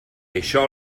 això